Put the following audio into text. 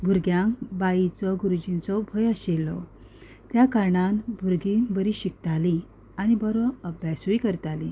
भुरग्यांक बाईचो गुरुजीचो भंय आशिल्लो त्या कारणान भुरगीं बरीं शिकतालीं आनी बरो अभ्यासूय करतालीं